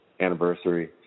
anniversary